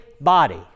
body